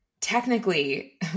technically